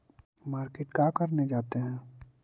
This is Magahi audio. मार्किट का करने जाते हैं?